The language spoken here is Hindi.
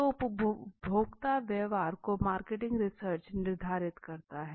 तो उपभोक्ता व्यवहार को मार्केटिंग रिसर्च निर्धारित करता है